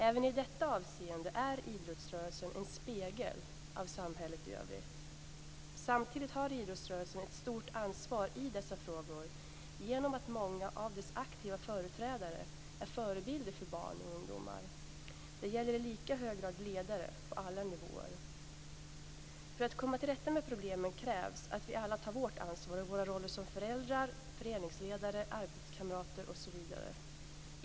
Även i detta avseende är idrottsrörelsen en spegel av samhället i övrigt. Samtidigt har idrottsrörelsen ett stort ansvar i dessa frågor genom att många av dess aktiva företrädare är förebilder för barn och ungdomar. Detta gäller i lika hög grad ledare på alla nivåer. För att komma till rätta med problemen krävs att vi alla tar vårt ansvar i våra roller som föräldrar, föreningsledare, arbetskamrater osv.